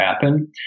happen